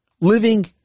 Living